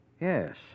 Yes